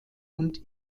und